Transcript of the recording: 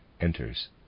enters